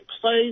close